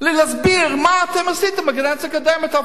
ולהסביר מה אתם עשיתם בקדנציה הקודמת.